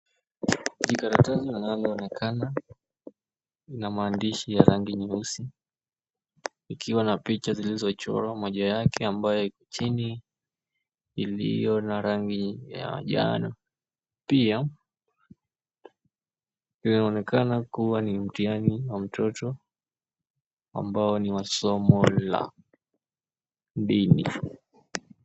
Hii karatasi inayoonekana ina maandishi ya rangi nyeusi ikiwa na picha zilizochorwa, moja yake ambayo iko chini iliyo na rangi ya njano. Pia inaonekana kuwa ni mtihani wa mtoto ambao ni wa somo la dini.